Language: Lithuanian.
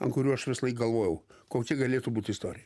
ant kurių aš visąlaik galvojau kokia galėtų būt istorija